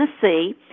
Tennessee